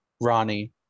Ronnie